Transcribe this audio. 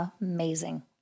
amazing